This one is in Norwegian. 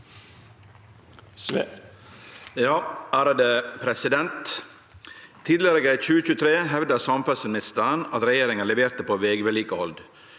«Tidlegare i 2023 hevda samferdselsministeren at regjeringa leverte på vegvedlikehald.